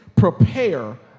Prepare